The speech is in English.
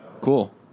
Cool